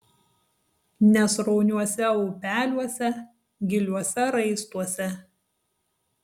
nesrauniuose upeliuose giliuose raistuose